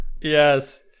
Yes